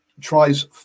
Tries